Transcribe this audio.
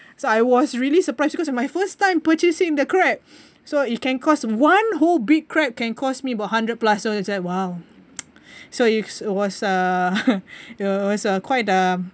so I was really surprised because my first time purchasing the crab so it can cost one whole big crab can cost me about hundred plus so it's like !wow! so it was a it was a quite a